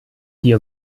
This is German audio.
wir